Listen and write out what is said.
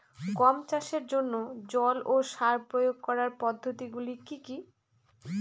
গম চাষের জন্যে জল ও সার প্রয়োগ করার পদ্ধতি গুলো কি কী?